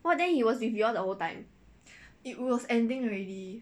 !wah! then he was with you all the whole time